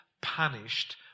punished